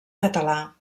català